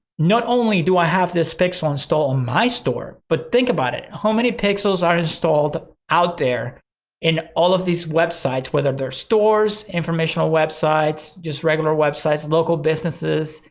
not only do i have this pixel installed in my store, but think about it, how many pixels are installed out there in all of these websites whether they're stores, informational websites, just regular websites, local businesses,